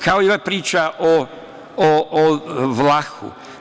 Kao i ova priča o Vlahu.